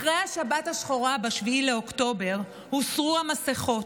אחרי השבת השחורה ב-7 באוקטובר הוסרו המסכות,